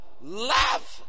love